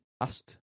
asked